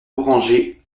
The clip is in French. orangée